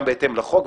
גם בהתאם לחוק,